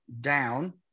down